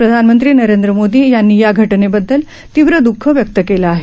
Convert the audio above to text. प्रधानमंत्री नरेंद्र मोदी यांनी या दुर्घटनेबद्दल तीव्र दुःख व्यक्त केलं आहे